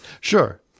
Sure